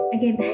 Again